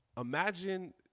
imagine